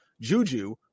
Juju